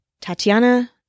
Tatiana